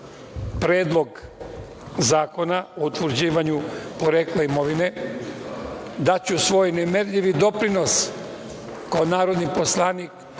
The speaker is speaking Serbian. Predlog zakona o utvrđivanju porekla imovine. Daću svoj nemerljivi doprinos kao narodni poslanik,